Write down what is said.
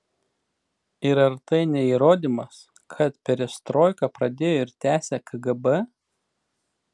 ir ar tai ne įrodymas kad perestroiką pradėjo ir tęsia kgb